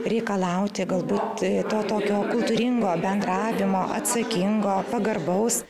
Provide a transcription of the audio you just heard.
reikalauti galbūt to tokio kultūringo bendravimo atsakingo pagarbaus